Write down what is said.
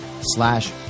slash